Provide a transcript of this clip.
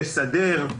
לסדר,